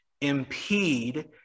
impede